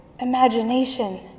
imagination